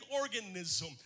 organism